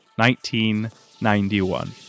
1991